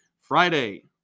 Friday